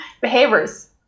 behaviors